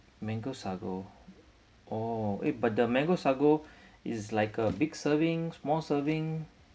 mango sago orh eh but the mango sago is like a big serving small serving